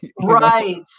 Right